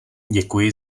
děkuji